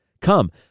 Come